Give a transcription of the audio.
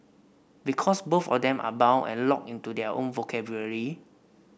because both of them are bound and locked into their own vocabulary